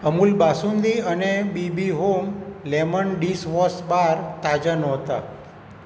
અમુલ બાસુંદી અને BB home lemon dishwash bar તાજા નહોતા